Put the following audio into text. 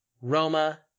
Roma